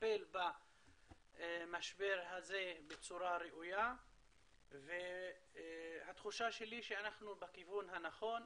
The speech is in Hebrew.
לטפל במשבר הזה בצורה ראויה והתחושה שלי שאנחנו בכיוון הנכון.